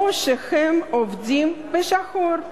או שהם עובדים בשחור,